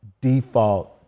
default